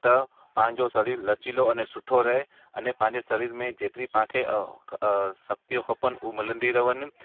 त पंहिंजो शरीर लचिलो अने सुठो रहे अने पंहिंजे शरीर में जेतिरी तव्हांखे अ अ शक्तियूं खपनि हूअ मिलंदी रहनि